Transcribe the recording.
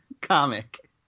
comic